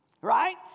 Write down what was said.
right